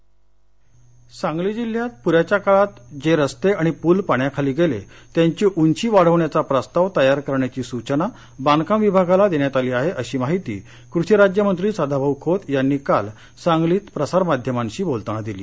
सदाभाऊ खोत सांगली सांगली जिल्ह्यात पुराच्या काळात जे रस्ते आणि पूल पाण्याखाली गेले त्यांची उंची वाढवण्याचा प्रस्ताव तयार करण्याची सूचना बांधकाम विभागाला देण्यात आली आहे अशी माहिती कृषी राज्यमंत्री सदाभाऊ खोत यांनी काल सांगलीत प्रसार माध्यमांशी बोलताना दिली